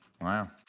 Wow